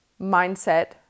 mindset